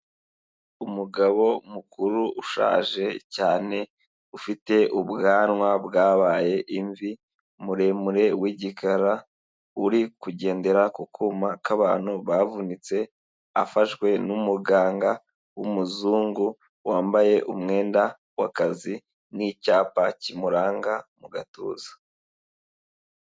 Umugabo mukuru ushaje cyane ufite ubwanwa bwabaye imvi muremure w'igikara, uri kugendera ku kuma k'abantu bavunitse afashwe n'umuganga w'umuzungu, wambaye umwenda w'akazi ni icyapa kimuranga mu gatuza.